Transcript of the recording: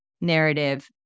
narrative